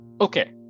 Okay